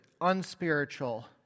unspiritual